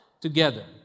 together